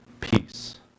peace